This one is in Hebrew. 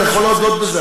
אתה יכול להודות בזה,